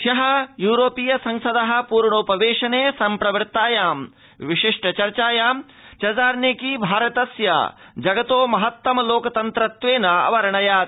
हय य्रोपीय संसद प्र्णोपवेशने संप्रवृत्तायां विशिष्ट चर्चायां चजार्नेकी भारत देशं जगतो महत्तम लोकतन्त्रत्वेन अवर्णयत्